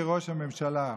כראש הממשלה.